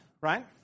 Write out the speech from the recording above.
right